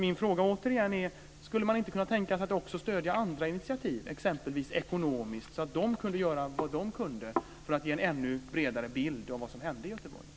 Min fråga är återigen: Skulle man inte kunna tänka sig att också stödja andra initiativ, t.ex. ekonomiskt, så att de kan göra vad de kan för att ge en ännu bredare bild av vad som hände i Göteborg?